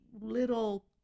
little –